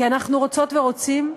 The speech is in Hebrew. כי אנחנו רוצות ורוצים,